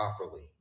properly